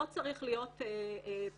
לא צריך להיות פסיכיאטר,